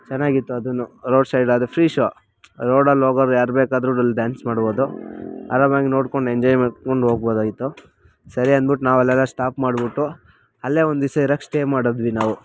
ಚೆನ್ನಾಗಿತ್ತು ಅದೂನು road side ಅದು ಫ್ರಿ ಶೋ ರೋಡಲ್ಲಿ ಹೋಗೋರು ಯಾರು ಬೇಕಾದ್ರೂ ಡ್ಯಾನ್ಸ್ ಮಾಡ್ಬೋದು ಆರಾಮಾಗಿ ನೋಡ್ಕೊಂಡು ಎಂಜಾಯ್ ಮಾಡ್ಕೊಂಡು ಹೋಗಬಹುದಾಗಿತ್ತು ಸರಿ ಅಂದ್ಬಿಟ್ಟು ನಾವು ಅಲ್ಲೆಲ್ಲ ಸ್ಟಾಪ್ ಮಾಡಿಬಿಟ್ಟು ಅಲ್ಲೇ ಒಂದು ದಿವಸ ಇರೋಕೆ ಸ್ಟೇ ಮಾಡಿದ್ವಿ ನಾವು